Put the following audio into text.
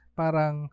parang